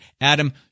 Adam